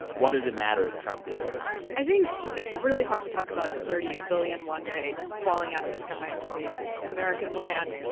what does it matter if trump did it or not? i think it's really hard to talk about the thirty eight billion dollars one day falling out of the sky into the american land,